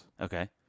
Okay